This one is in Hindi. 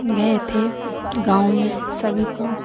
गए थे गाँव में सभी को